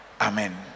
Amen